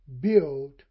build